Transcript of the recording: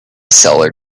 seller